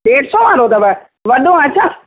ॾेढ सौ वारो अथव वॾो आहे छा